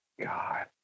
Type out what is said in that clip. God